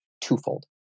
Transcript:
twofold